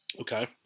Okay